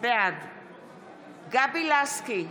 בעד גבי לסקי,